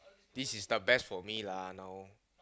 this is the best for me lah now